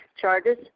charges